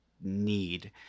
need